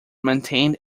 maintained